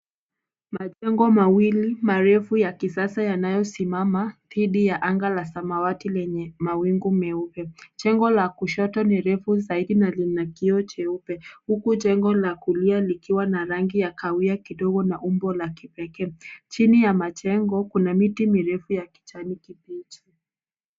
Majengo mawili marefu ya kisasa yanayosimama dhidi ya anga la samawati lenye mawingu meupe. Jengo la kushoto ni refu zaidi na lina kioo cheupe huku jengo la kulia likiwa na rangi ya kahawia kidogo na umbo la kipekee. Chini ya majengo kuna miti mirefu ya kijani kibichi.